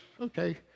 Okay